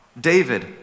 David